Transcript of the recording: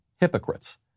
hypocrites